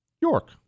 york